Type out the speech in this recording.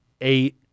eight